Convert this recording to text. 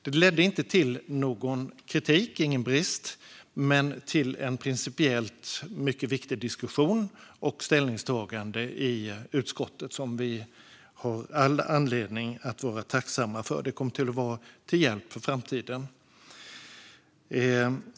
Den ledde inte till någon kritik när det gäller agerande eller brist på agerande men till en principiellt mycket viktig diskussion och ett viktigt ställningstagande i utskottet som vi har all anledning att vara tacksamma för. Det kommer att vara till hjälp för framtiden.